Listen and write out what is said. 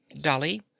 Dolly